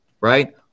right